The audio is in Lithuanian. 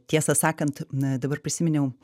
tiesą sakant na dabar prisiminiau